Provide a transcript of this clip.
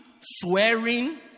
swearing